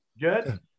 Good